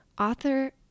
Author